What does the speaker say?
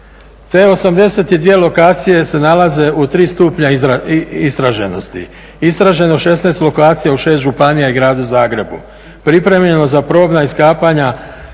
Te 82 lokacije se nalaze u 3 stupnja istraženosti. Istraženo je 16 lokacija u 6 županija i Gradu Zagrebu, pripremljeno za probna iskapanja,